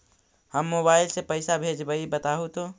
हम मोबाईल से पईसा भेजबई बताहु तो?